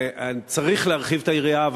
צריך להרחיב את היריעה,